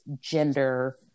gender